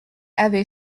avait